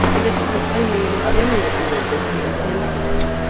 and that it was only in a general way that he intended it.